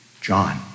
John